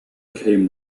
came